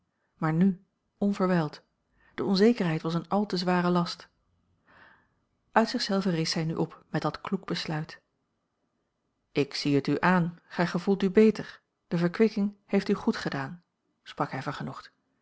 maar nu onverwijld de onzekerheid was een al te zware last uit zichzelve rees zij nu op met dat kloek besluit ik zie het u aan gij gevoelt u beter de verkwikking heeft u goed gedaan sprak